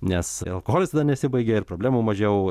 nes alkoholis tada nesibaigia ir problemų mažiau